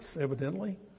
evidently